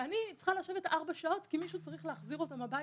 ואני צריכה לשבת ארבע שעות בחוץ כי מישהו צריך להחזיר אותם הביתה.